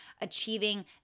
achieving